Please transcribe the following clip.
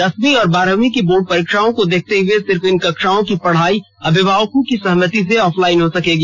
दसवीं और बारहवीं की बोर्ड परीक्षाओं को देखते हुए सिर्फ इन कक्षाओं की पढ़ाई अभिभावकों की सहमति से ऑफलाइन हो सकेगी